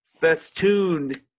festooned